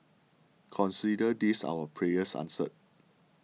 consider this our prayers answered